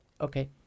okay